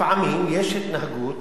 לפעמים יש התנהגות